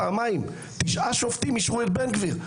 פעמיים תשעה שופטים אישרו את בן גביר.